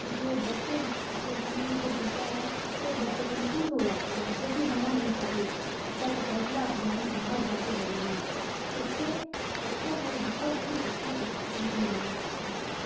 کیونکہ بچے کے من میں جو ہوتا ہے اس سے بچہ کنفیوز ہو جاتا ہے اور جوکہ ہونا نہیں چاہیے بچہ کا حوصلہ افزائی بہت زیادہ ضروری ہے اس سے بچوں میں بہت ہی اسا انکریمنز ہوتا ہے